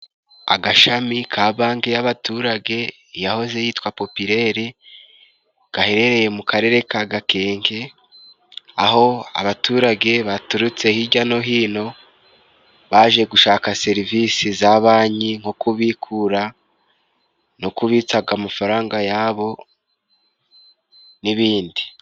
Agashami ka Banki y'abaturage yahoze yitwa Popilere, gaherereye mu Karere ka Gakenke, aho abaturage baturutse hirya no hino baje gushaka serivisi za Banki nko kubikura no kubitsaga amafaranga yabo n'ibindi.